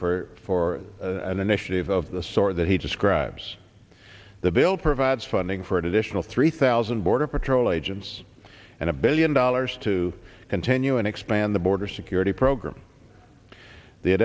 initiative of the sort that he describes the bill provides funding for additional three thousand border patrol agents and a billion dollars to continue and expand the border security program the